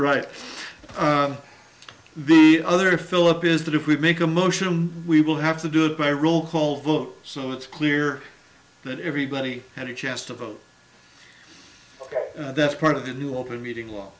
right the other philip is that if we make a motion we will have to do it by roll call vote so it's clear that everybody had a chance to vote that's part of the new open meeting